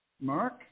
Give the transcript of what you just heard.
Mark